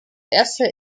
erster